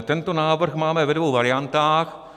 Tento návrh máme ve dvou variantách.